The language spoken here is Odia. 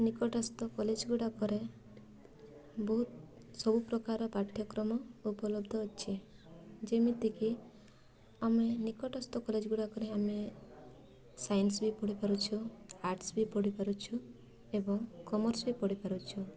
ନିକଟସ୍ଥ କଲେଜ ଗୁଡ଼ାକରେ ବହୁତ ସବୁପ୍ରକାରର ପାଠ୍ୟକ୍ରମ ଉପଲବ୍ଧ ଅଛି ଯେମିତିକି ଆମେ ନିକଟସ୍ଥ କଲେଜ ଗୁଡ଼ାକରେ ଆମେ ସାଇନ୍ସ ବି ପଢ଼ି ପାରୁଛୁ ଆର୍ଟ୍ସ ବି ପଢ଼ି ପାରୁଛୁ ଏବଂ କମର୍ସ୍ ବି ପଢ଼ି ପାରୁଛୁ